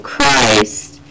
Christ